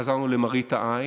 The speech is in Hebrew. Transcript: חזרנו למראית העין,